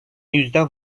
yüzden